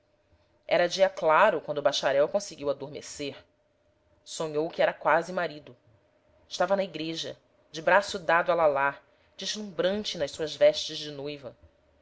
era dia claro quando o bacharel conseguiu adormecer sonhou que era quase marido estava na igreja de braço dado a lalá deslumbrante nas suas vestes de noiva